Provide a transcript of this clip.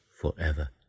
forever